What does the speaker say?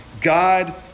God